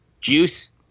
Juice